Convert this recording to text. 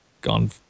gone